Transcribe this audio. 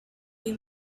you